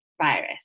virus